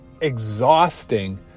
exhausting